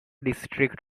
district